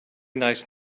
nice